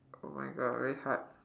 oh my god very hard